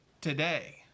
today